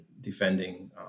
defending